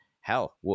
hell